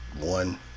one